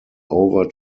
over